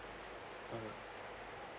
mmhmm